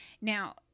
Now